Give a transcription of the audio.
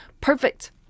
Perfect